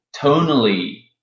tonally